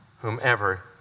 whomever